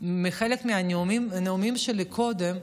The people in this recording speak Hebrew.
בחלק מהנאומים שלי קודם,